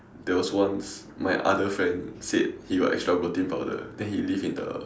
there was once my other friend said he got extra protein powder then he leave in the